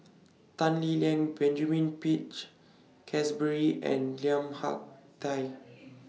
Tan Lee Leng Benjamin Peach Keasberry and Lim Hak Tai